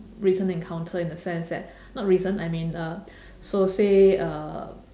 recent encounter in the sense that not recent I mean uh so say uh